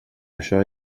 això